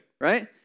right